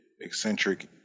eccentric